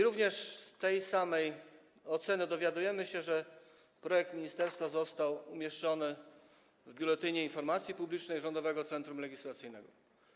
Również z tej samej oceny dowiadujemy się, że projekt ministerstwa został umieszczony w Biuletynie Informacji Publicznej Rządowego Centrum Legislacji.